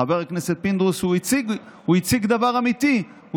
חבר הכנסת פינדרוס הציג דבר אמיתי,